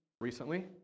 recently